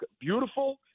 beautiful